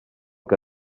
que